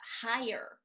higher